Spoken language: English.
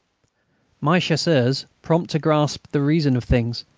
my chasseurs, prompt to grasp the reason of things,